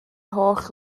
holl